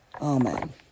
Amen